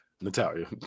Natalia